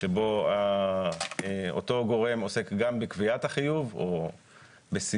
שבו אותו גורם עוסק גם בקביעת החיוב או בסיוע,